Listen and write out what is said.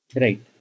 Right